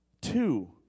Two